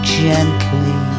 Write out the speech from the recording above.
gently